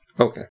Okay